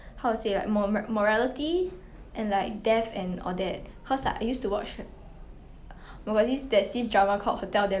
mm